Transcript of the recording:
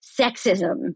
sexism